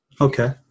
Okay